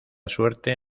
suerte